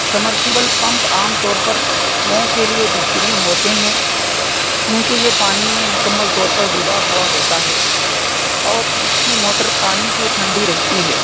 سمر civil pump عام طور پر کنوؤں کے لیے بہترین ہوتے ہیں کیوں کہ یہ پانی میں مکمل طور پر ڈوبا ہوا ہوتا ہے اور اس کی موٹر پانی سے ٹھندی رہتی ہے